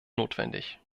notwendig